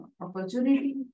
opportunity